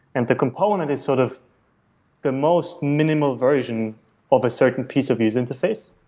and the component is sort of the most minimal version of a certain piece of user interface.